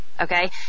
okay